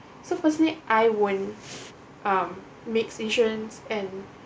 so personally I won't um mix insurance and